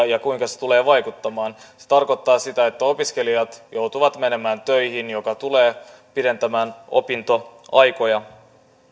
ja kuinka se tulee vaikuttamaan se tarkoittaa sitä että opiskelijat joutuvat menemään töihin mikä tulee pidentämään opintoaikoja